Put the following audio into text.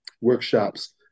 workshops